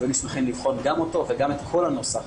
והיינו שמחים לבחון גם אותו וגם את כל הנוסח